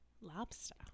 Lobster